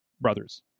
brothers